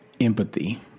empathy